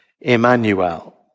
Emmanuel